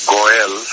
Goel